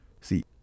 See